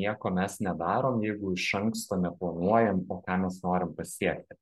nieko mes nedarom jeigu iš anksto neplanuojam o ką mes norim pasiekti